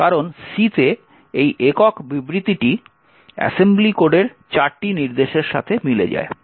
কারণ C তে এই একক বিবৃতিটি অ্যাসেম্বলি কোডের চারটি নির্দেশের সাথে মিলে যায়